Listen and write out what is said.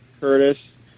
Curtis